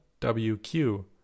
wq